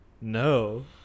no